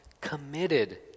committed